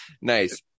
Nice